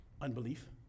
Unbelief